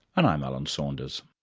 and i'm alan saunders